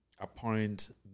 appoint